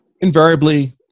invariably